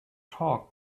talk